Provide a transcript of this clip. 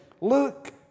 Look